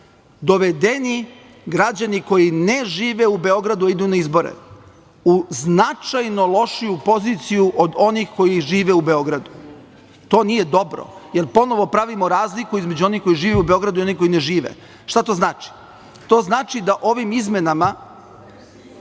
dovedeni građani koji ne žive u Beogradu a idu na izbore u značajno lošiju poziciju od onih koji žive u Beogradu. To nije dobro, jer ponovo pravimo razliku između onih koji žive u Beogradu i onih koji ne žive. Šta to znači? To znači da ovim izmenama